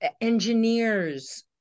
engineers